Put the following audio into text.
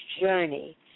journey